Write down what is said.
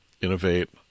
innovate